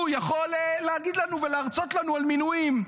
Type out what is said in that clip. הוא יכול להגיד לנו ולהרצות לנו על מינויים?